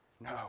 No